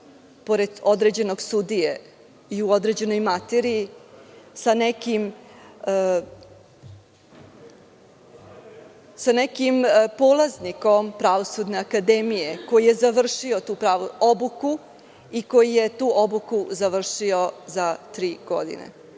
pored određenog sudije i u određenoj materiji, sa nekim polaznikom Pravosudne akademije, koji je završio obuku i koji je tu obuku završio za tri godine.